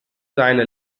seine